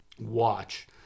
watch